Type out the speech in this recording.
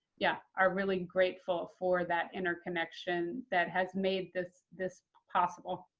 yeah, are really grateful for that interconnection that has made this this possible.